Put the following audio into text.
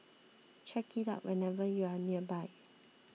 check it out whenever you are nearby